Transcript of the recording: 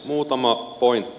muutama pointti